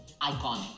iconic